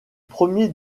premiers